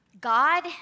God